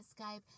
skype